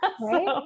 Right